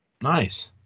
Nice